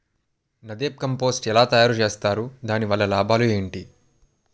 NADEP compost ఎలా తయారు చేస్తారు? దాని వల్ల లాభాలు ఏంటి?